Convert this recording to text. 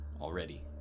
already